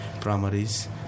primaries